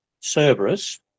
Cerberus